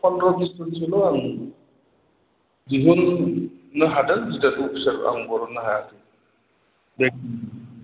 पन्द्र' बिस जनसोल' आं दिहुन्नो हादों गिदिर अ'फिसार आं बर'ननो हायाखै